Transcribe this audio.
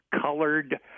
colored